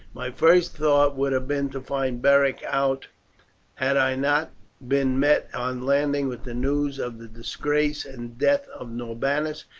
my first thought would have been to find beric out had i not been met on landing with the news of the disgrace and death of norbanus,